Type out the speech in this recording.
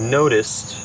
noticed